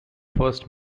first